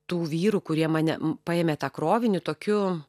tų vyrų kurie mane paėmė tą krovinį tokiu